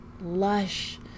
lush